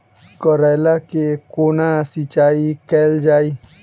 करैला केँ कोना सिचाई कैल जाइ?